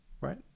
right